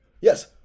Yes